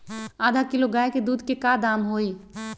आधा किलो गाय के दूध के का दाम होई?